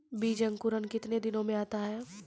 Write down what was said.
बीज मे अंकुरण कितने दिनों मे आता हैं?